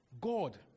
God